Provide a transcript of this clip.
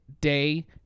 day